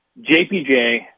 JPJ